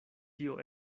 tio